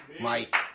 Mike